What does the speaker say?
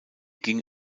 ging